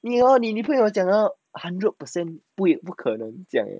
你 hor 你女朋友讲的 hundred percent 不会不可能这样 leh